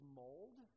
mold